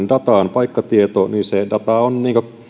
paikkatieto se data on